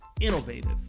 innovative